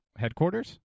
headquarters